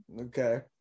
Okay